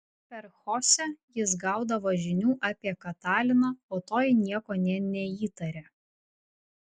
per chosę jis gaudavo žinių apie kataliną o toji nieko nė neįtarė